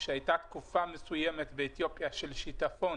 שהייתה תקופה מסוימת באתיופיה של שיטפון